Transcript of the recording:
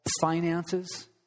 finances